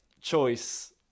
choice